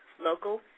local,